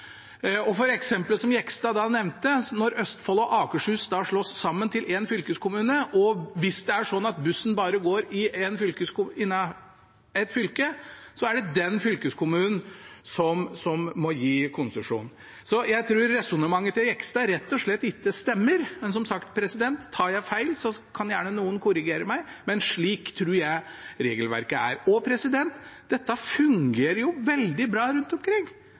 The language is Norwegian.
For eksempel, som Jegstad nevnte, når Østfold og Akershus slås sammen til én fylkeskommune, og hvis bussen bare går innen ett fylke, er det den fylkeskommunen som må gi konsesjon. Jeg tror resonnementet til Jegstad rett og slett ikke stemmer, men som sagt, tar jeg feil, kan noen gjerne korrigere meg, men slik tror jeg regelverket er. Dette fungerer veldig bra rundt omkring.